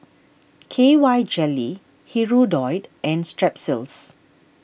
K Y Jelly Hirudoid and Strepsils